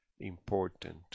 important